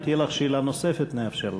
אם תהיה לך שאלה נוספת, נאפשר לך.